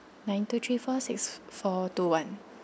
nine two three four six four two one